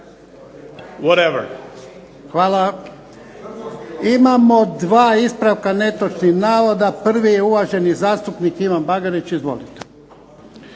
vhatever.